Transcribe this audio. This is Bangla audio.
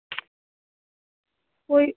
কই